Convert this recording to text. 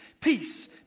peace